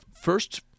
first